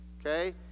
Okay